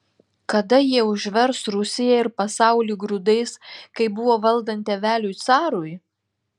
kada jie užvers rusiją ir pasaulį grūdais kaip buvo valdant tėveliui carui